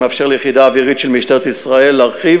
המאפשר ליחידה אווירית של משטרת ישראל להרחיב